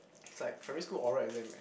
it's like primary school oral exam right